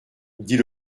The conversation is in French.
dit